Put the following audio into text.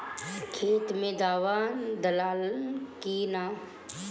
खेत मे दावा दालाल कि न?